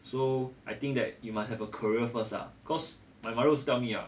so I think that you must have a career first lah cause my mother also tell me lah